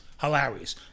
Hilarious